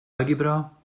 algebra